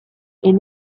est